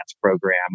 program